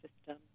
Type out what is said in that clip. system